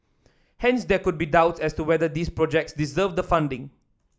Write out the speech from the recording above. hence there could be doubts as to whether these projects deserved the funding